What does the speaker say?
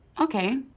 okay